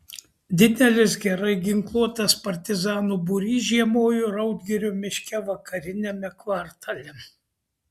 didelis gerai ginkluotas partizanų būrys žiemojo raudgirio miške vakariniame kvartale